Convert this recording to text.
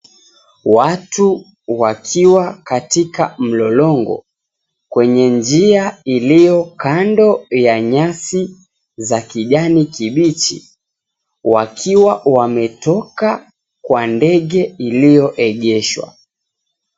Watu wakiwa katika mlolongo kwenye njia ilio kando ya nyasi za kijani kibichi wakiwa wametoka kwa ndege ilioegeshwa.